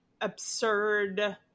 absurd